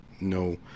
no